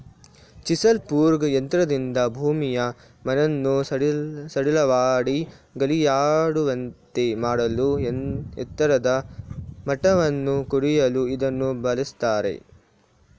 chisel plough ಯಂತ್ರದಿಂದ ಭೂಮಿಯ ಮಣ್ಣನ್ನು ಸಡಿಲಮಾಡಿ ಗಾಳಿಯಾಡುವಂತೆ ಮಾಡಲೂ ಎತ್ತರದ ಮಟ್ಟವನ್ನು ಕಡಿಯಲು ಇದನ್ನು ಬಳ್ಸತ್ತರೆ